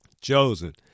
Chosen